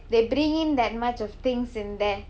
they bring in that much of things in there